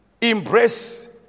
embrace